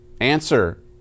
Answer